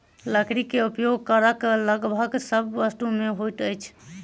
लकड़ी के उपयोग घरक लगभग सभ वस्तु में होइत अछि